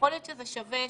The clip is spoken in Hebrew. ויכול להיות שזה שווה מחשבה.